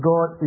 God